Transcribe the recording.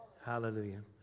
Hallelujah